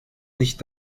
nicht